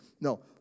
no